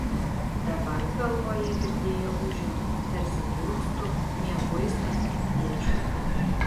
dabar galvoje girdėjo ūžimą tarsi dūgztų mieguistas spiečius